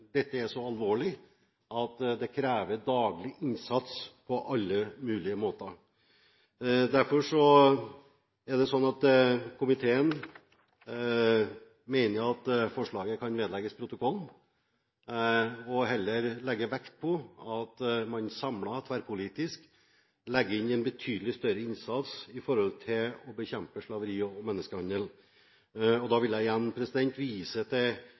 dette er så alvorlig at det krever daglig innsats på alle mulige måter. Derfor foreslår komiteen at forslaget vedlegges protokollen, og at man heller legger vekt på at man samlet, tverrpolitisk, legger inn en betydelig større innsats for å bekjempe slaveri og menneskehandel. Da vil jeg igjen vise til